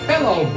Hello